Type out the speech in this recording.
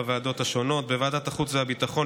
בוועדת החוץ והביטחון,